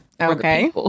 Okay